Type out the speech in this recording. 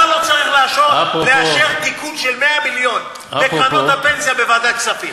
למה לא צריך לאשר תיקון של 100 מיליון בקרנות הפנסיה בוועדת הכספים?